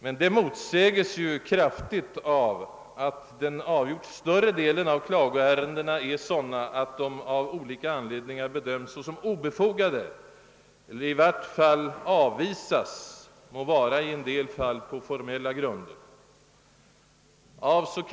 Detta motsäges emellertid kraftigt av att den avgjort större delen av klagoärendena är sådana att de av olika anledningar bedömes som obefogade eller i vart fall avvisas, må vara i en del fall på formella grunder.